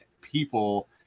people